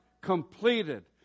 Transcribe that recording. completed